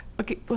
Okay